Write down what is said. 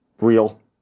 real